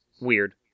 weird